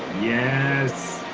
yes.